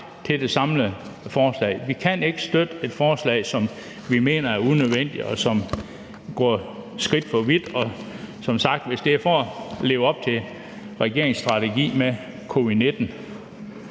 til det samlede forslag. Vi kan ikke støtte et forslag, som vi mener er unødvendigt, og som går et skridt for langt. Og som sagt: Hvis det er for at leve op til regeringens strategi for covid-19,